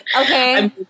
Okay